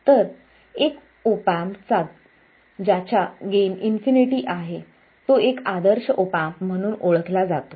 तर एक op amp ज्याचा गेन इन्फिनिटी आहे तो एक आदर्श ऑप एम्प म्हणून ओळखला जातो